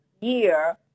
year